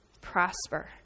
prosper